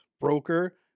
broker